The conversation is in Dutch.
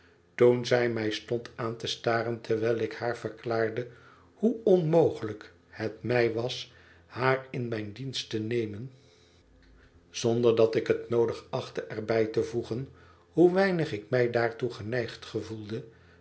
toen zij mij stond aan te staren terwijl ik haar verklaarde hoe onmogelijk het mij was haar in mijn dienst te nemen zonder dat ik het noodig achtte er bij te voegen hoe weinig ik mij daartoe geneigd gevoelde